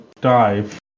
dive